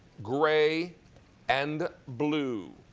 gray and blue.